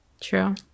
true